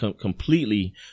completely